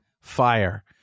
fire